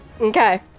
Okay